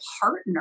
partner